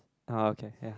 oh okay ya